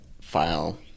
file